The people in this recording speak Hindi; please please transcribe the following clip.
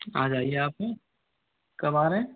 आजाइये यहाँ पे कब आ रहे